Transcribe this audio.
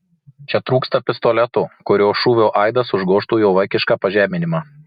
čia trūksta pistoleto kurio šūvio aidas užgožtų jo vaikišką pažeminimą